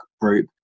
group